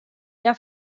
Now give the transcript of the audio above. hja